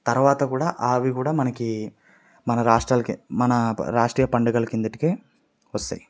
తరువాత కూడా అవి కూడా మనకి మన రాష్ట్రాలకే మన రాష్ట్రీయ పండుగల కిందకే వస్తాయి